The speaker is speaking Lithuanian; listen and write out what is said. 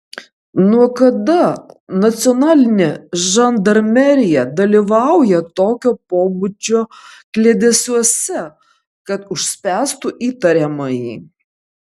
nuo kada nacionalinė žandarmerija dalyvauja tokio pobūdžio kliedesiuose kad užspęstų įtariamąjį